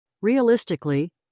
Realistically